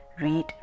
Read